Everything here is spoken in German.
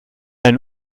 ein